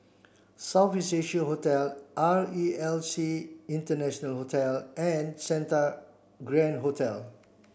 South East Asia Hotel R E L C International Hotel and Santa Grand Hotel